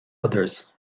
others